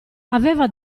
aveva